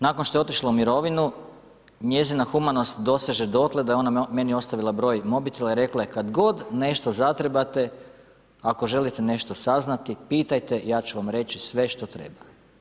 Nakon što je otišla u mirovinu, njezina humanost doseže dotle da je ona meni ostavila broj mobitela i rekla je kad god nešto zatrebate, ako želite nešto saznati, pitajte, ja ću vam reći sve što treba.